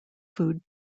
food